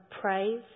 praise